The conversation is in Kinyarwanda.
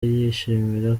yishimira